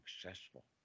successful